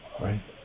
Right